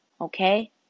Okay